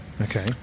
okay